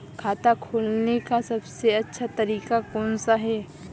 खाता खोलने का सबसे अच्छा तरीका कौन सा है?